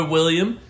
William